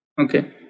Okay